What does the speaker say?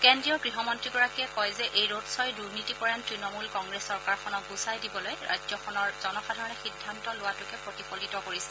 কেন্দ্ৰীয় গৃহমন্ত্ৰীগৰাকীয়ে কয় যে এই ৰড শ্বই দুৰ্নীতিপৰায়ণ তৃণমূল কংগ্ৰেছ চৰকাৰখনক গুচাই দিবলৈ ৰাজ্যখনৰ জনসাধাৰণে সিদ্ধান্ত লোৱাটোকে প্ৰতিফলিত কৰিছে